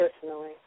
personally